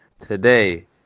Today